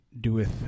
doeth